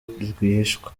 rwihishwa